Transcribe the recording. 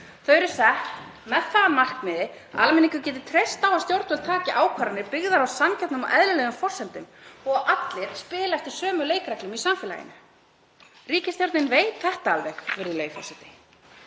Þau eru sett með það að markmiði að almenningur geti treyst á að stjórnvöld taki ákvarðanir byggðar á sanngjörnum og eðlilegum forsendum og að allir spili eftir sömu leikreglum í samfélaginu. Ríkisstjórnin veit þetta alveg, virðulegi forseti.